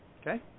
Okay